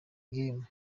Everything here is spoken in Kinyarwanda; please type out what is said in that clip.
game